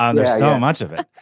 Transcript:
um there's so much of it.